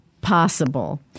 possible